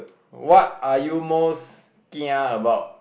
what are you most kia about